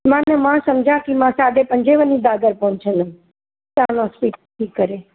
माना मां समुझा की मां साढे पंजे वञी दादर पहुचंदमि सिआन हॉस्पिटल थी करे